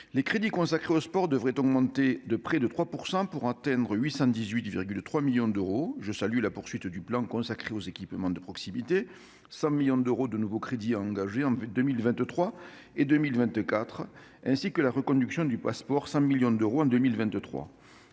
Les crédits consacrés au sport devraient augmenter de près de 3 %, pour atteindre 818,3 millions d'euros. Je salue la poursuite du plan consacré aux équipements de proximité, 100 millions d'euros de nouveaux crédits étant prévus en 2023 et 2024, ainsi que la reconduction du Pass'Sport pour 100 millions d'euros en 2023.